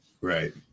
Right